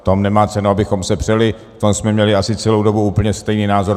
O tom nemá cenu, abychom se přeli, v tom jsme měli asi celou dobu úplně stejný názor.